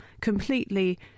completely